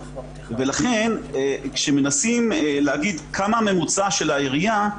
לכן כשמנסים להגיד מה הממוצע של העירייה,